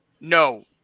no